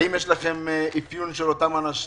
האם יש לכם אפיון של אותם אנשים?